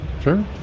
Sure